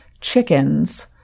chickens